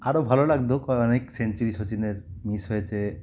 আরও ভালো লাগতো ক অনেক সেঞ্চুরি সচিনের মিস হয়েছে